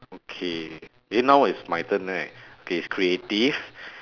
okay eh now is my turn right okay it's creative